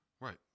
Right